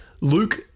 Luke